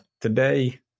today